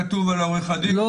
עורך הדין - לא